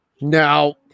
Now